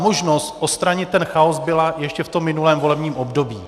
Možnost odstranit ten chaos byla ještě v minulém volebním období.